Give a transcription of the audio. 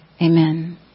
Amen